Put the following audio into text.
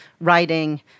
writing